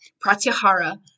Pratyahara